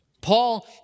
Paul